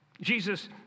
Jesus